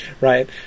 right